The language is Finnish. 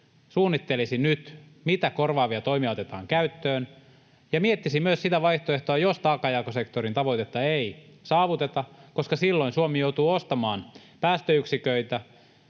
suunnittelisi nyt, mitä korvaavia toimia otetaan käyttöön ja miettisi myös sitä vaihtoehtoa, jos taakanjakosektorin tavoitetta ei saavuteta, koska silloin Suomi joutuu ostamaan päästöyksiköitä